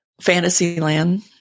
Fantasyland